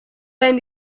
wenn